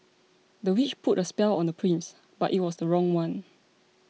the witch put a spell on the prince but it was the wrong one